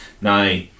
Now